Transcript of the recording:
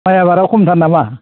माइ आबादा खमथार नामा